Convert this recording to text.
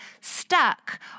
stuck